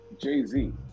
Jay-Z